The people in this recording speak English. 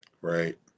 Right